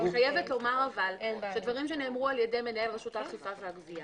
אבל דברים שנאמרו על ידי מנהל רשות האכיפה והגבייה